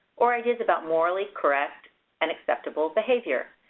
or ideas about morally correct and acceptable behavior.